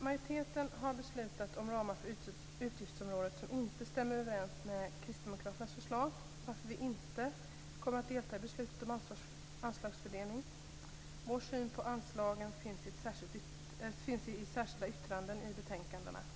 Majoriteten har beslutat om ramar för utgiftsområdet som inte stämmer överens med kristdemokraternas förslag varför vi inte kommer att delta i beslutet om anslagsfördelning. Vår syn på anslagen finns i särskilda yttranden i betänkandena.